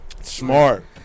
Smart